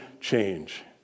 change